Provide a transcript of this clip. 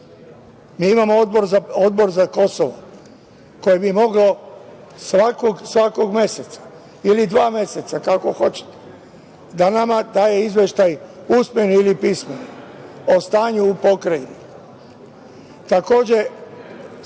imamo Odbor za Kosovo, koje bi moglo svakog meseca, ili na dva meseca, kako hoćete, da nama daje izveštaj, usmeni ili pismeni, o stanju u Pokrajini. Takođe,